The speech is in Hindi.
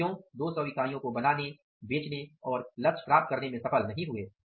और हम क्यों 200 इकाइयों को बनाने बेचने और लक्ष्य प्राप्त करने में सफल नहीं हुए